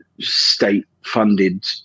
state-funded